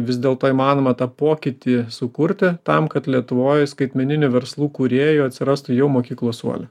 vis dėlto įmanoma tą pokytį sukurti tam kad lietuvoj skaitmeninių verslų kūrėjų atsirastų jau mokyklos suole